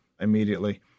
immediately